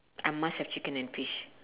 I must have chicken and fish